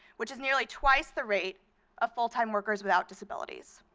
which is nearly twice the rate of full-time workers without disabilities.